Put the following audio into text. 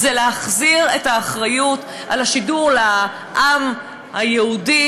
להחזיר את האחריות לשידור לעם היהודי